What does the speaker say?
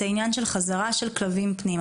את העניין של חזרה של כלבים פנימה,